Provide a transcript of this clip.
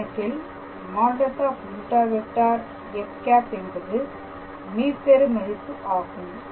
இந்த கணக்கில் |∇⃗⃗ f| என்பது மீப்பெரு மதிப்பு ஆகும்